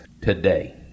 today